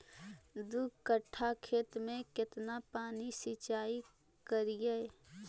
दू कट्ठा खेत में केतना पानी सीचाई करिए?